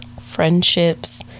friendships